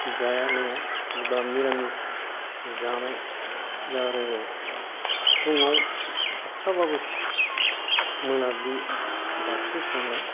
जाया लोङा बा मिरामिस जानाय दा आरो फुङाव हाथ्राबाबो मोनाबिलि बाथि सावनाय